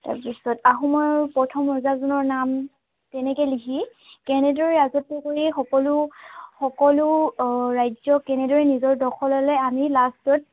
তাৰপিছত আহোমৰ প্ৰথম ৰজাজনৰ নাম তেনেকে লিখি কেনেদৰে ৰাজত্ব কৰি সফলো সকলো ৰাজ্যক কেনেদৰে নিজৰ দখললৈ আনি লাষ্টত